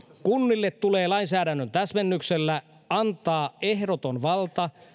kunnille tulee lainsäädännön täsmennyksellä antaa ehdoton valta